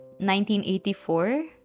1984